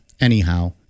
Anyhow